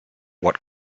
what